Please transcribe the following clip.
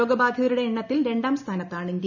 രോഗ ബാധിതരുടെ എണ്ണത്തിൽ രണ്ടാം സ്ഥാനത്താണ് ഇന്ത്യ